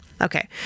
Okay